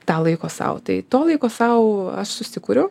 tą laiko sau tai to laiko sau susikuriu